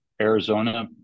Arizona